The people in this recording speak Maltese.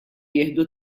jieħdu